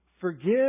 Forgive